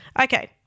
Okay